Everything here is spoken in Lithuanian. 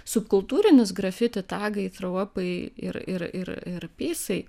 sukultūrinis grafiti tagai fruopai ir ir ir pysai